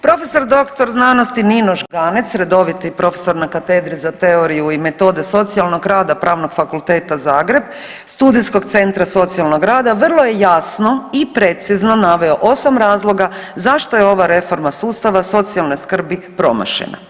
Prof.dr.sc. Nino Žganec redoviti profesor na Katedri za teoriju i metode socijalnog rada Pravnog fakulteta Zagreb studijskog centra socijalnog rada vrlo je jasno i precizno naveo 8 razloga zašto je ova reforma sustava socijalne skrbi promašena.